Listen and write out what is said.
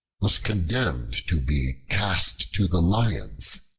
was condemned to be cast to the lions